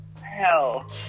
hell